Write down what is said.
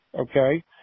okay